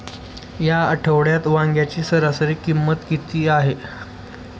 या आठवड्यात वांग्याची सरासरी किंमत किती आहे?